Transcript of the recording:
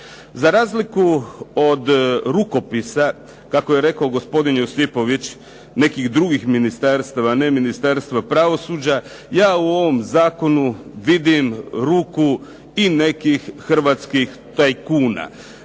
Za razliku od rukopisa kako je rekao gospodin Josipović nekih drugih ministarstava a ne Ministarstva pravosuđa ja u ovom zakonu vidim ruku i nekih hrvatskih tajkuna.